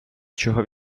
чого